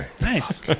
Nice